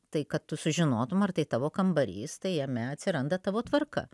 tai kad tu sužinotum ar tai tavo kambarys tai jame atsiranda tavo tvarka